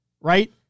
right